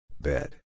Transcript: Bed